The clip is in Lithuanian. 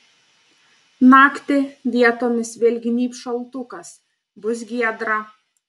naktį vietomis vėl gnybs šaltukas bus giedra